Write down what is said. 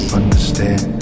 understand